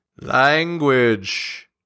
Language